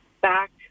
back